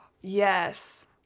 yes